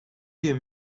you